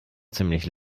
ziemlich